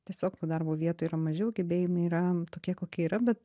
tiesiog darbo vietų yra mažiau gebėjimai yra tokie kokie yra bet